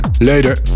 Later